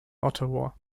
ottawa